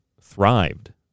thrived